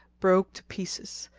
broke to pieces,